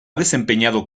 desempeñado